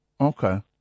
Okay